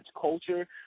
Culture